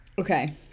Okay